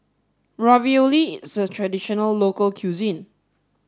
Ravioli is a traditional local cuisine